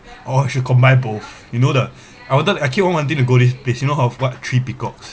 oh if you combine both you know the I wanted I keep on wanting to go this place you know of what three peacocks